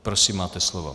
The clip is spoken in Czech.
Prosím, máte slovo.